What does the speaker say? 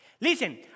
Listen